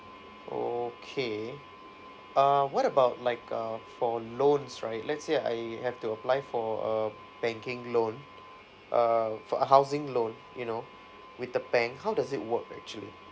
okay uh what about like uh for loans right let's say I have to apply for a banking loan uh for a housing loan you know with the bank how does it work actually